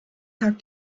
tag